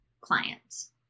clients